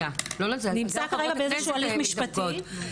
נמצא כרגע באיזשהו הליך משפטי.